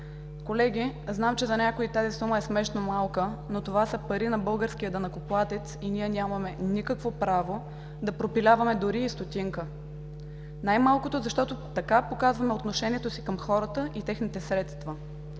Колеги, знам че за някои тази сума е смешно малка, но това са пари на българския данъкоплатец и ние нямаме никакво право да пропиляваме дори и стотинка, най-малкото защото така показваме отношението си към хората и техните средства.